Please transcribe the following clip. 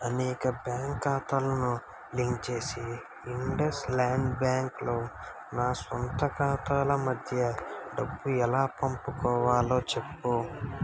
అనేక బ్యాంక్ ఖాతాలను లింక్ చేసి ఇండస్ ల్యాండ్ బ్యాంక్లో నా స్వంత ఖాతాల మధ్య డబ్బు ఎలా పంపుకోవాలో చెప్పు